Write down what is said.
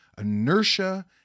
inertia